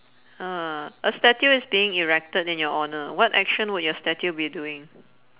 uh a statue is being erected in your honour what action would your statue be doing